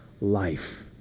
life